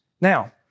Now